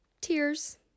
Tears